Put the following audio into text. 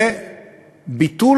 זה ביטול